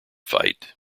fight